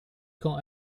quand